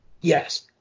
Yes